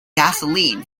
gasoline